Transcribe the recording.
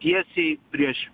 tiesiai prieš